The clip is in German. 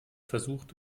versucht